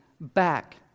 back